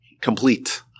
complete